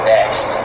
Next